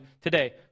today